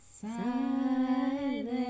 Silent